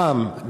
פעם,